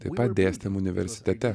taip pat dėstėm universitete